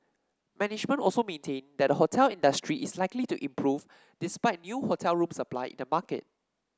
management also maintain that the hotel industry is likely to improve despite new hotel room supply in the market